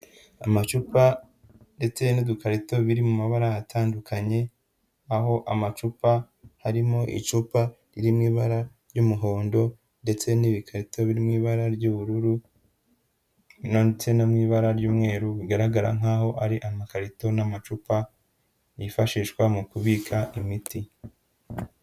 Amacupa ndetse n'udukarito biri mu mabara atandukanye, aho amacupa harimo icupa riri mu ibara ry'umuhondo ndetse n'ibikarito biri mu ibara ry'ubururu ndetse no mu ibara ry'umweru, bigaragara nkaho ari amakarito n'amacupa yifashishwa mu kubika imiti.